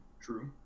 True